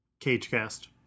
Cagecast